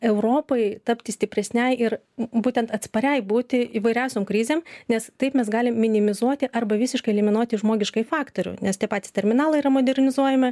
europai tapti stipresnei ir būtent atspariai būti įvairiausiom krizėm nes taip mes galim minimizuoti arba visiškai eliminuoti žmogiškąjį faktorių nes tie patys terminalai yra modernizuojami